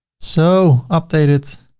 so updated,